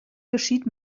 geschieht